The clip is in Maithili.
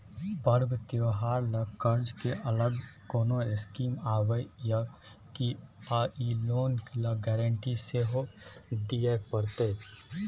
पर्व त्योहार ल कर्ज के अलग कोनो स्कीम आबै इ की आ इ लोन ल गारंटी सेहो दिए परतै?